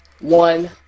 one